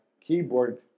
keyboard